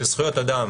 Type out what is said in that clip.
שזכויות אדם